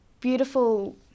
beautiful